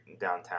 downtown